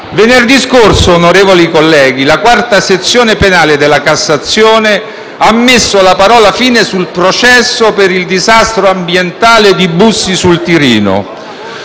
Venerdì scorso, onorevoli colleghi, la IV sezione penale della Cassazione ha messo la parola fine sul processo per il disastro ambientale di Bussi sul Tirino.